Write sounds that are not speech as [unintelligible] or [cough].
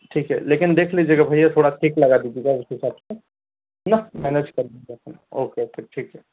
ठीक है लेकिन देख लीजिएगा भैया थोड़ा ठीक लगा दीजिएगा उसके हिसाब से है ना मैनेज कर सकते हैं [unintelligible] ओके ओके ठीक है